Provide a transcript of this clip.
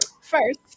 first